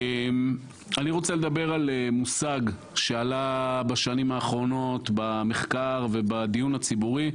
אני רוצה לדבר על מושג שעלה בשנים האחרונות במחקר ובדיון הציבורי,